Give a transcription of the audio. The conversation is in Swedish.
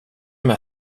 med